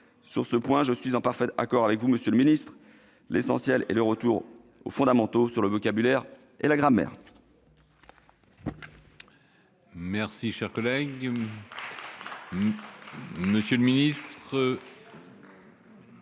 Sur ce point, je suis en parfait accord avec vous, monsieur le ministre. L'essentiel est le retour aux fondamentaux sur le vocabulaire et la grammaire.